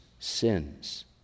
sins